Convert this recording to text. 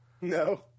No